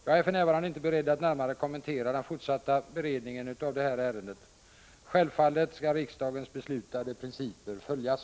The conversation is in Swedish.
Jag är för närvarande inte beredd att närmare kommentera den fortsatta beredningen av ärendet. Självfallet skall riksdagens beslutade principer följas.